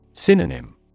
Synonym